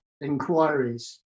inquiries